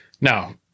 now